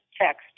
text